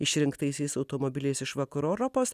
išrinktaisiais automobiliais iš vakarų europos